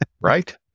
Right